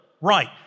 right